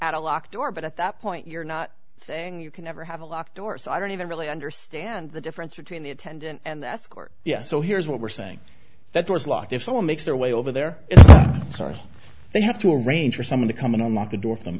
at a locked door but at that point you're not saying you can never have a locked door so i don't even really understand the difference between the attendant and the escort yet so here's what we're saying that door's locked if someone makes their way over there sorry they have to arrange for some of the coming on like a door from